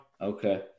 Okay